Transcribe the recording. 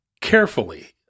carefully